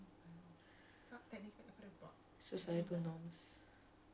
cause it's in the credits ya so it's like ya